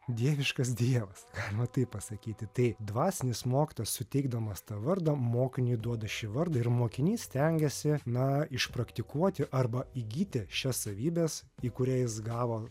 dieviškas dievas galima taip pasakyti tai dvasinis mokytojas suteikdamas tą vardą mokiniui duoda šį vardą ir mokinys stengiasi na išpraktikuoti arba įgyti šias savybes į kurias jis gavo